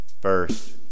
First